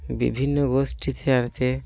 বিভিন্ন গোষ্ঠী